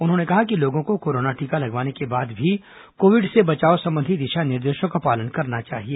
उन्होंने कहा कि लोगों को कोरोना टीका लगवाने के बाद भी कोविड से बचाव संबंधी दिशा निर्देशों का पालन करना चाहिए